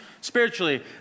spiritually